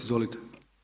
Izvolite.